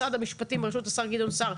משרד המשפטים בראשות השר גדעון סער,